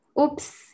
oops